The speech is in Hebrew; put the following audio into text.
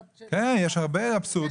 כן, יש הרבה אבסורדים.